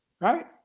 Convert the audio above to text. Right